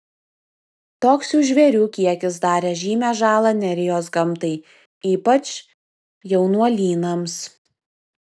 toks šių žvėrių kiekis darė žymią žalą nerijos gamtai ypač jaunuolynams